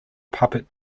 puppet